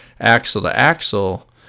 axle-to-axle